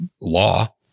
law